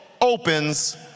opens